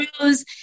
rose